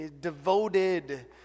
Devoted